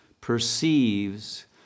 perceives